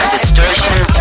Distortion